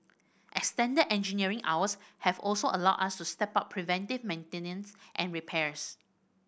extended engineering hours have also allowed us to step up preventive maintenance and repairs